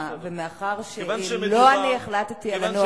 ומאחר שלא אני החלטתי על הנוהל הזה,